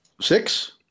Six